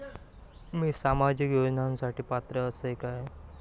मी सामाजिक योजनांसाठी पात्र असय काय?